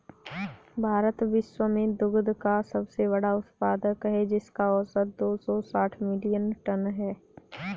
भारत विश्व में दुग्ध का सबसे बड़ा उत्पादक है, जिसका औसत दो सौ साठ मिलियन टन है